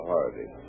Hardy